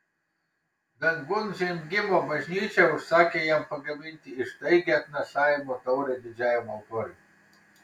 dangun žengimo bažnyčia užsakė jam pagaminti ištaigią atnašavimo taurę didžiajam altoriui